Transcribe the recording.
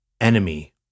enemy